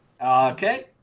Okay